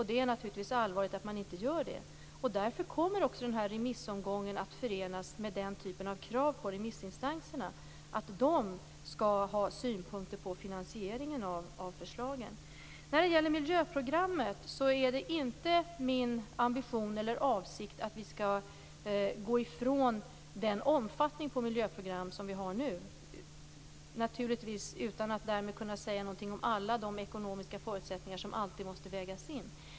Det är naturligtvis allvarligt att man inte gör det. Därför kommer denna remissomgång också att förenas med krav på remissinstanserna att ha synpunkter på finansieringen av förslagen. När det gäller miljöprogrammet är det inte min ambition eller avsikt att vi skall gå ifrån den omfattning på miljöprogram som vi har nu - naturligtvis utan att därmed kunna säga något om alla de ekonomiska förutsättningar som alltid måste vägas in.